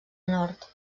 nord